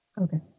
Okay